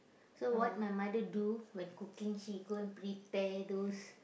so what my mother do when cooking she go and prepare those